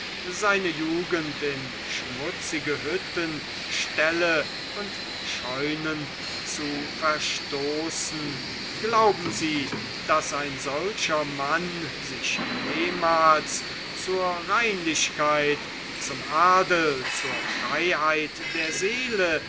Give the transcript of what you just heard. seine jugend in schmutzige hütten ställe und scheunen zu verstoßen glauben sie daß ein solcher mann sich jemals zur reinlichkeit zum adel zur freiheit der seele